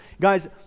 Guys